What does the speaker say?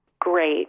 great